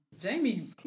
Jamie